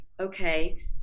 okay